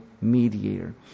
mediator